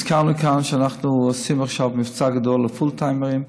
הזכרנו כאן שאנחנו עושים עכשיו מבצע גדול על פול טיימרים.